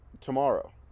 tomorrow